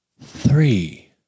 Three